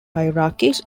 hierarchies